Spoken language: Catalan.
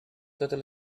totes